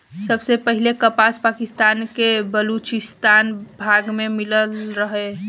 सबसे पहिले कपास पाकिस्तान के बलूचिस्तान भाग में मिलल रहे